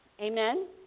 Amen